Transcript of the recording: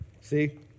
See